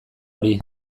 hori